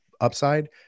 upside